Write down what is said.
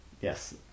Yes